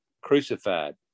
crucified